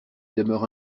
demeure